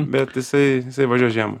bet jisai jisai važiuos žiemą